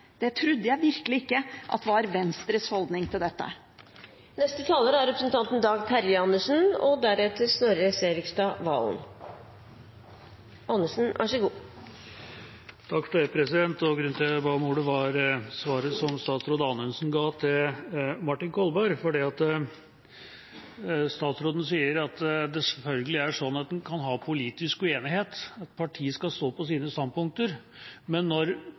Det trodde jeg virkelig ikke var Venstres holdning til dette. Grunnen til at jeg ba om ordet, var svaret som statsråd Anundsen ga til Martin Kolberg. Statsråden sa at det selvfølgelig er sånn at en kan være politisk uenig, at partier skal stå for sine standpunkter, men når